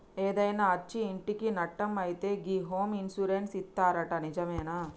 ఏదైనా అచ్చి ఇంటికి నట్టం అయితే గి హోమ్ ఇన్సూరెన్స్ ఇత్తరట నిజమేనా